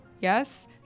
Yes